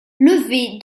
levée